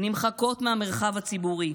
נמחקות מהמרחב הציבורי,